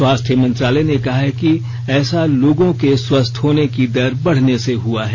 स्वास्थ्य मंत्रालय ने कहा है कि ऐसा लोगों के स्वस्थ होने की दर बढ़ने से हुआ है